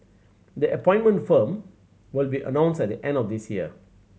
the appointed firm will be announced at the end of this year